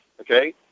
Okay